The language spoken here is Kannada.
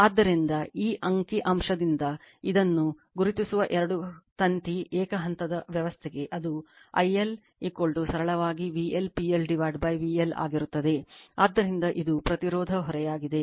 ಆದ್ದರಿಂದ ಈ ಅಂಕಿ ಅಂಶದಿಂದ ಇದನ್ನು ಗುರುತಿಸುವ ಎರಡು ತಂತಿ ಏಕ ಹಂತದ ವ್ಯವಸ್ಥೆಗೆ ಅದು I L ಸರಳವಾಗಿ VL PL VL ಆಗಿರುತ್ತದೆ ಆದ್ದರಿಂದ ಇದು ಪ್ರತಿರೋಧಕ ಹೊರೆಯಾಗಿದೆ